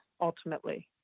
ultimately